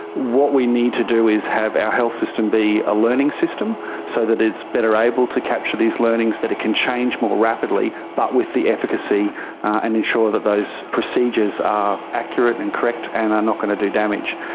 what we need to do is have our health system be a learning system so that it's better able to capture these learnings that it can change more rapidly but with the efficacy and ensure that those procedures are accurate and correct and are not going to do damage.